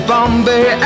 Bombay